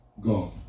God